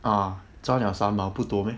ah 涨了三毛不多 meh